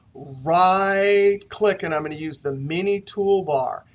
right click. and i'm going to use the mini toolbar.